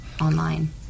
online